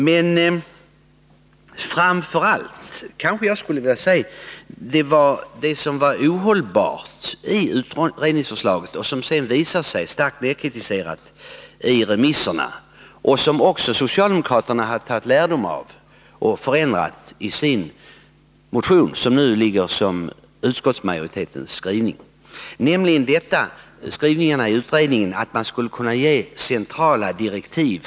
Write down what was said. Men det som framför allt var ohållbart i utredningsförslaget, och som sedan starkt kritiserades i remisserna — vilket socialdemokraterna har tagit lärdom av och förändrat i sin motion, som nu ligger till grund för utskottets skrivning — var ju att naturvårdsverket skulle ge centrala direktiv.